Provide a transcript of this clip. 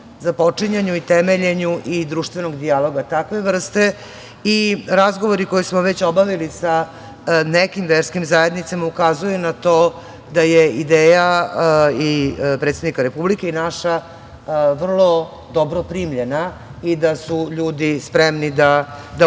započinjanju i temeljenu i društvenog dijaloga takve vrste i razgovori koje smo već obavili sa nekim verskim zajednicama ukazuju na to da je ideja i predsednika Republike i naša vrlo dobro primljena i da su ljudi spremni da